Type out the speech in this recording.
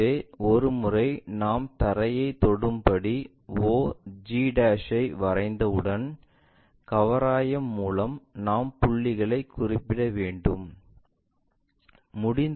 எனவே ஒரு முறை நாம் தரையை தொடும் படி o g ஐ வரைந்தவுடன் கவராயம் மூலம் நாம் புள்ளிகளை குறிப்பிட முடியும்